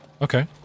okay